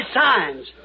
signs